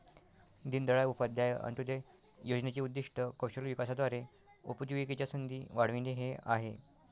दीनदयाळ उपाध्याय अंत्योदय योजनेचे उद्दीष्ट कौशल्य विकासाद्वारे उपजीविकेच्या संधी वाढविणे हे आहे